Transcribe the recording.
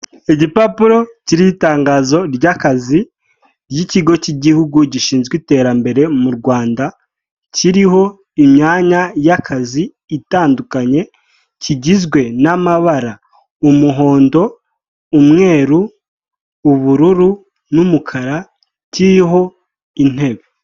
Igipapuro kiriho itangazo ry'akazi ry'ikigo cy'igihugu gishinzwe iterambere mu Rwanda, kiriho imyanya y'akazi itandukanye, kigizwe n'amabara umuhondo, umweru, ubururu n'umukara kiriho intebe.